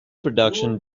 production